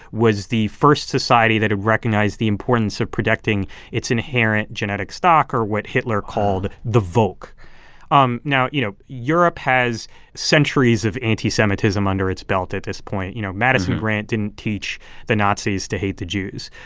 was the first society that had recognized the importance of protecting its inherent genetic stock, or what hitler called the volk um now, you know, europe has centuries of anti-semitism under its belt at this point. you know, madison grant didn't teach the nazis to hate the jews.